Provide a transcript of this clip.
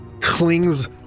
clings